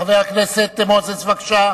חבר הכנסת מוזס, בבקשה.